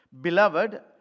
Beloved